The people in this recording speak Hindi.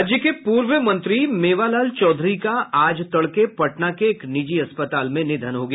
राज्य के पूर्व मंत्री मेवालाल चौधरी का आज तड़के पटना के एक निजी अस्पताल में निधन हो गया